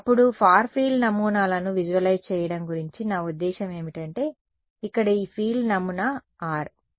అప్పుడు far field నమూనాలను visualise చేయడం గురించి నా ఉద్దేశ్యం ఏమిటంటే ఇక్కడ ఈ ఫీల్డ్ నమూనా r